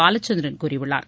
பாலசந்திரன் கூறியுள்ளார்